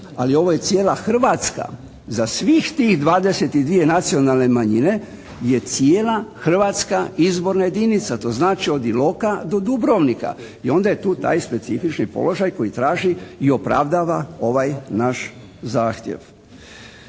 ali ovo je cijela Hrvatska. Za svih tih 22 nacionalne manjine je cijela Hrvatska, izborna jedinica. To znači od Iloka do Dubrovnika i onda je tu taj specifični položaj koji traži i opravdava ovaj naš zahtjev.